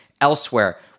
elsewhere